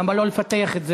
למה לא לפתח את זה,